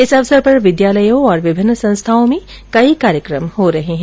इस अवसर पर विद्यालयों और विभिन्न संस्थाओं में कई कार्यक्रम हो रहे है